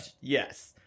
Yes